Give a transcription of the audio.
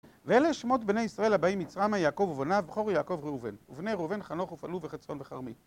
ואלה שמות בני ישראל הבאים מצריימה יעקב ובניו ובכור יעקב ראובן ובני ראובן חנוך ופלוב וחצון וחרמי